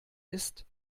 ist